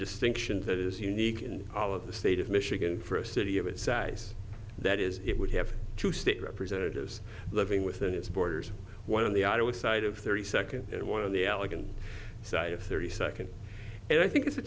distinction that is unique in all of the state of michigan for a city of its size that is it would have to state representatives living within its borders one of the outer with side of thirty second and one of the elegant side of thirty second and i think it's a